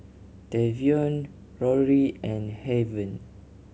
Tavion Rory and Heaven